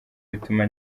bituma